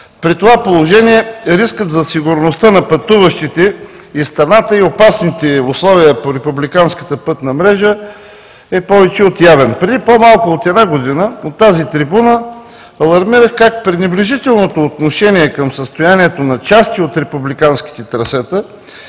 при това положение, рискът за сигурността на пътуващите из страната и опасните условия по републиканската пътна мрежа е повече от явен. Преди по-малко от една година от тази трибуна алармирах за пренебрежителното отношение към състоянието на части от републиканските трасета